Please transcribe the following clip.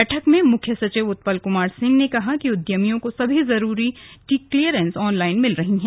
बैठक में मुख्य सचिव उत्पल कुमार सिंह ने कहा कि उद्यमियों को सभी जरूरी क्लीयरेंस ऑनलाइन मिल रहे हैं